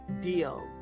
deal